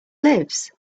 lives